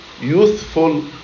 youthful